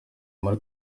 muri